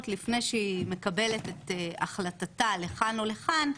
לפני שהיא מקבלת את החלטתה לכאן או לכאן,